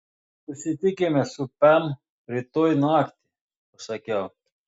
susitikime su pem rytoj naktį pasakiau